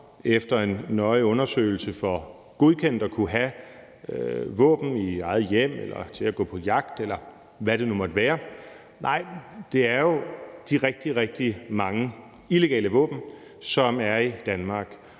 efter en nøje undersøgelse bliver godkendt til at kunne have våben i eget hjem eller til at gå på jagt med, eller hvad det nu måtte være – nej, det er jo de rigtig, rigtig mange illegale våben, som er i Danmark.